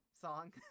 song